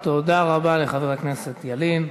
תודה רבה לחבר הכנסת ילין.